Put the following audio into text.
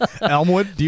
Elmwood